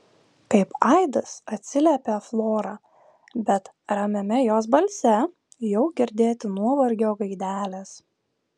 kaip aidas atsiliepia flora bet ramiame jos balse jau girdėti nuovargio gaidelės